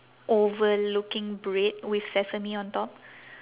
oval looking bread with sesame on top